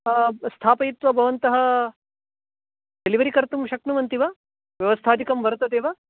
स्थापयित्वा भवन्तः डेलिवरि कर्तुं शक्नुवन्ति वा व्यवस्थादिकं वर्तते वा